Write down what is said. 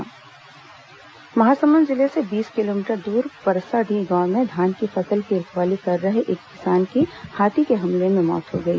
हाथी हमला मौत महासमुंद जिले से बीस किलोमीटर दूर परसाडीह गांव में धान की फसल की रखवाली कर रहे एक किसान की हाथी के हमले से मौत हो गई